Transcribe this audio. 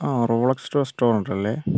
ആ Rolex restaurant അല്ലേ